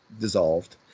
dissolved